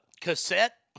cassette